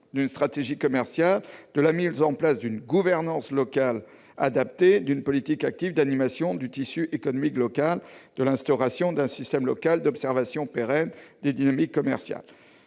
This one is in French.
d'une stratégie commerciale, de la mise en place d'une gouvernance locale adaptée, d'une politique active d'animation du tissu économique local et de l'instauration d'un système local d'observation pérenne des dynamiques commerciales.